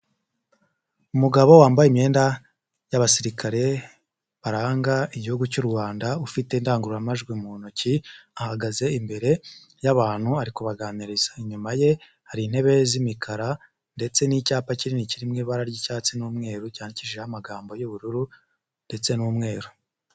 Umugabo wambaye imyenda y'abasirikare baranga Igihugu cy'u Rwanda ufite indangururamajwi mu ntoki ahagaze imbere y'abantu arikubaganiriza, inyuma ye hari intebe z'imikara ndetse n'icyapa kinini kirimo ibara ry'icyatsi n'umweru cyandikishijeho amagambo y'ubururu ndetse n'umweru.